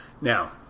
Now